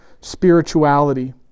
spirituality